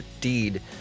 deed